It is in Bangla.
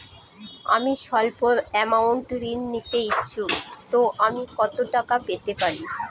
আমি সল্প আমৌন্ট ঋণ নিতে ইচ্ছুক তো আমি কত টাকা পেতে পারি?